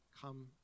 come